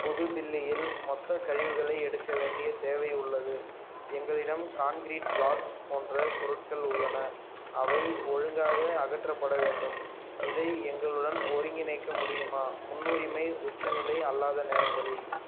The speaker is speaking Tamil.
புது தில்லியில் மொத்தக் கழிவுகளை எடுக்க வேண்டிய தேவை உள்ளது எங்களிடம் கான்கிரீட் ப்ளாக்ஸ் போன்ற பொருட்கள் உள்ளன அவை ஒழுங்காக அகற்றப்பட வேண்டும் இதை எங்களுடன் ஒருங்கிணைக்க முடியுமா முன்னுரிமை உச்சநிலை அல்லாத நேரங்களில்